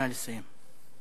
נא לסיים.